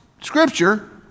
scripture